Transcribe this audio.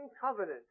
covenant